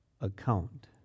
account